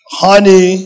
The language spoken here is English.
honey